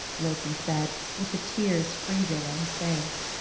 loki said, with the tears freezing on his face.